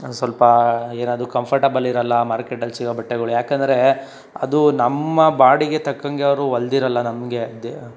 ಅದು ಸ್ವಲ್ಪ ಏನಾದ್ರು ಕಂಫರ್ಟೇಬಲ್ ಇರಲ್ಲ ಮಾರ್ಕೆಟಲ್ಲಿ ಸಿಗೋ ಬಟ್ಟೆಗಳು ಯಾಕೆಂದರೆ ಅದು ನಮ್ಮ ಬಾಡಿಗೆ ತಕ್ಕಂಗೆ ಅವರು ಹೊಲಿದಿರಲ್ಲ ನಮಗೆ ದೆ